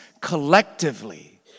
collectively